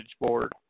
board